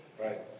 right